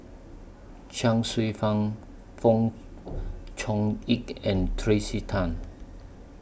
Chuang Hsueh Fang Fong Chong Pik and Tracey Tan